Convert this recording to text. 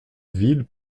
villes